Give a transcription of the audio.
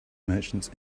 merchants